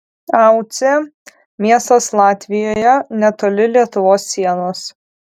aucė miestas latvijoje netoli lietuvos sienos